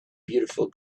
beautiful